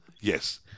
Yes